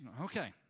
okay